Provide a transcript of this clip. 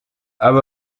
abo